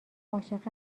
عاشق